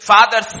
Father